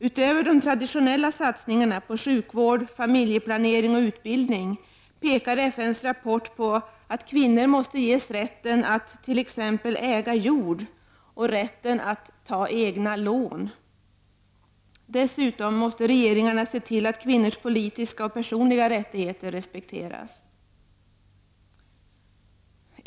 Utöver de traditionella satsningarna på sjukvård, familjeplanering och utbildning pekar FN:s rapport på att kvinnor måste ges rätten att t.ex. äga jord och ta egna lån. Dessutom måste regeringarna se till att kvinnors politiska och personliga rättigheter respekteras.